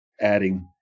adding